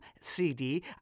CD